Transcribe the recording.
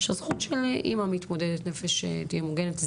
שהזכות של אמא מתמודדת נפש שתהיה מוגנת,